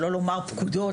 שלא לומר פקודות,